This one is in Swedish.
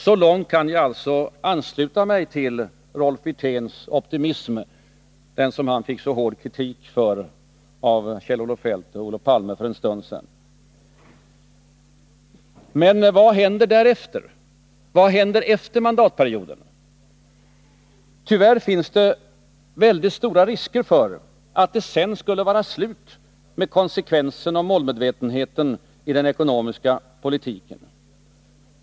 Så långt kan jag alltså ansluta mig till Rolf Wirténs optimism, som han fick så hård kritik för av Kjell-Olof Feldt och Olof Palme för en stund sedan. Men vad händer därefter, efter mandatperioden? Tyvärr finns det mycket stora risker för att det sedan skulle vara slut med konsekvensen och målmedvetenheten i den ekonomiska politiken.